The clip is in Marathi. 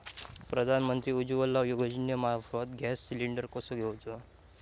प्रधानमंत्री उज्वला योजनेमार्फत गॅस सिलिंडर कसो घेऊचो?